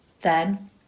Then